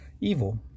evil